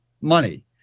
money